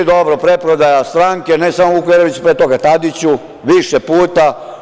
I dobro, preprodaja stranke, ne samo Vuku Jeremiću, pre toga Tadiću više puta.